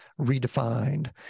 Redefined